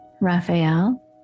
Raphael